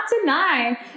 deny